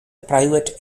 private